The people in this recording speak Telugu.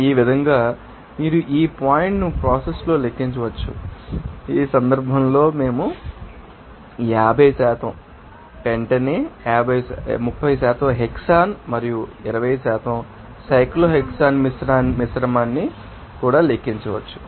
ఈ విధంగా మీరు ఈ పాయింట్ను ప్రాసెస్లో లెక్కించవచ్చు ఈ సందర్భంలో మేము 50 పెంటనే 30 హెక్సేన్ మరియు 20 సైక్లోహెక్సేన్ మిశ్రమాన్ని కూడా లెక్కించవచ్చు